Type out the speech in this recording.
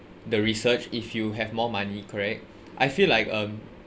the research if you have more money correct I feel like um